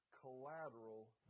collateral